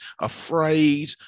afraid